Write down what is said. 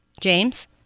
james